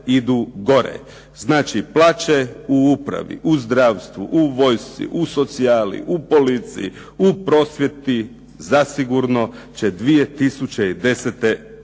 idu gore. Znači plaće u upravi, u zdravstvu, u vojsci, u socijali, u policiji, u prosvjeti zasigurno će 2010. padati.